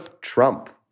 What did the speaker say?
Trump